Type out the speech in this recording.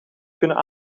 kunnen